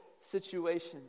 situation